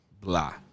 Blah